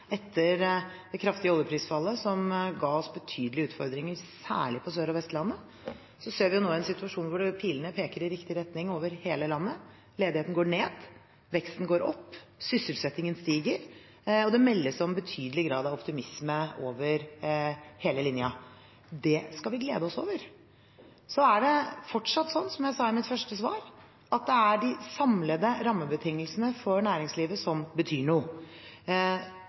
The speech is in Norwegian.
Etter det kraftige oljeprisfallet, som ga oss betydelige utfordringer, særlig på Sør- og Vestlandet, ser vi nå en situasjon hvor pilene peker i riktig retning over hele landet. Ledigheten går ned, veksten går opp, sysselsettingen stiger, og det meldes om betydelig grad av optimisme over hele linjen. Det skal vi glede oss over. Så er det fortsatt slik, som jeg sa i mitt første svar, at det er de samlede rammebetingelsene for næringslivet som betyr noe.